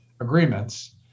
agreements